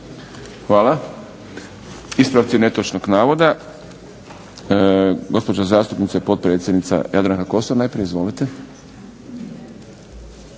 Hvala. Ispravci netočnog navoda. Gospođa zastupnica i potpredsjednica Jadranka Kosor, najprije. Izvolite.